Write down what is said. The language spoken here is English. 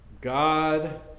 God